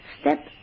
step